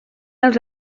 els